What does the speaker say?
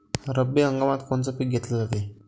रब्बी हंगामात कोनचं पिक घेतलं जाते?